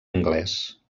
anglès